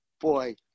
boy